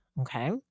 okay